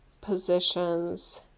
positions